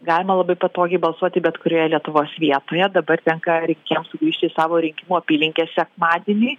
galima labai patogiai balsuoti bet kurioje lietuvos vietoje dabar tenka rinkėjams sugrįžti į savo rinkimų apylinkę sekmadienį